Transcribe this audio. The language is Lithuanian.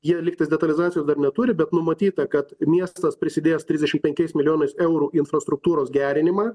jie lygtais detalizacijos dar neturi bet numatyta kad miestas prisidės trisdešim penkiais milijonais eurų infrastruktūros gerinimą